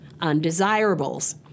undesirables